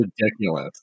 ridiculous